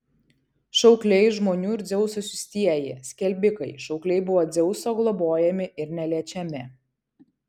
šaukliai žmonių ir dzeuso siųstieji skelbikai šaukliai buvo dzeuso globojami ir neliečiami